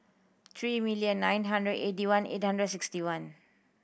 three million nine hundred eighty one eight hundred sixty one